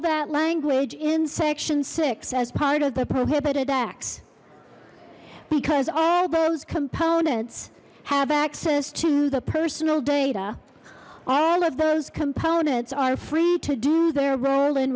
that language in section six as part of the prohibited acts because all those components have access to the personal data all of those components are free to do their role in